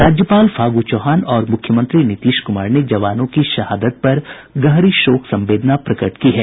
राज्यपाल फागू चौहान और मुख्यमंत्री नीतीश कुमार ने जवानों की शहादत पर गहरी शोक संवेदना प्रकट की है